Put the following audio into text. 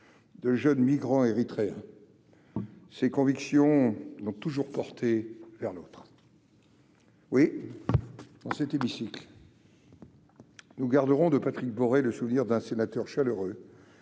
de jeunes migrants érythréens. Ses convictions l'ont toujours porté vers l'autre. Nous garderons de Patrick Boré le souvenir d'un sénateur chaleureux,